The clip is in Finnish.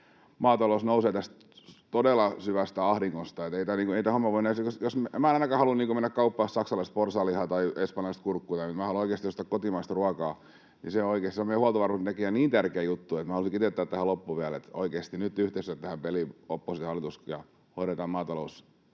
maatalous nousee tästä todella syvästä ahdingosta. Ei tämä homma voi mennä näin. Minä en ainakaan halua mennä kauppaan ostamaan saksalaista porsaanlihaa tai espanjalaista kurkkua, minä haluan oikeasti ostaa kotimaista ruokaa. Se on meidän huoltovarmuuden takia niin tärkeä juttu, että halusin kiteyttää tähän loppuun vielä, että oikeasti nyt yhteistyötä tähän peliin, oppositio ja hallitus, ja hoidetaan maatalous